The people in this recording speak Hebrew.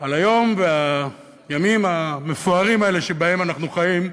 על היום והימים המפוארים האלה שבהם אנחנו חיים,